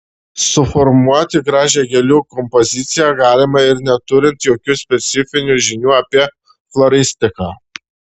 suformuoti gražią gėlių kompoziciją galima ir neturint jokių specifinių žinių apie floristiką